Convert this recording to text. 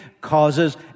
causes